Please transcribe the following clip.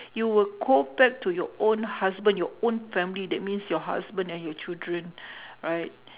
you will go back to your own husband your own family that means your husband and your children right